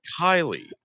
kylie